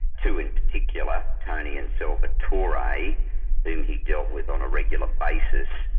two in particular, tony and salvatore, whom he dealt with on a regular basis,